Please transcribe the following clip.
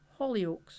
Hollyoaks